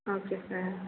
okay sir